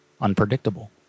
unpredictable